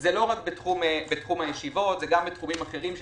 שזה לא רק בתחום הישיבות אלא גם בתחומים אחרים.